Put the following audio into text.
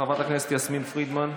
חברת הכנסת יסמין פרידמן,